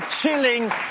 Chilling